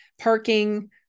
parking